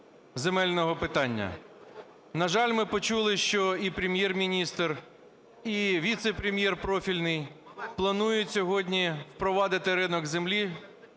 земельного питання. На жаль, ми почули, що і Прем’єр-міністр, і віце-прем’єр профільний планують сьогодні впровадити ринок землі,